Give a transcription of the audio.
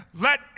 let